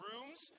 rooms